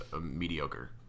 mediocre